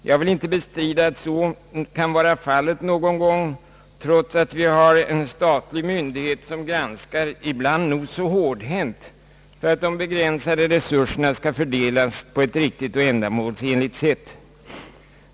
Jag vill inte bestrida att så kan vara fallet någon gång, trots att vi har en statlig myndighet som nog så hårdhänt granskar ritningarna så att de begränsade resurserna skall fördelas på ett riktigt och ändamålsenligt sätt.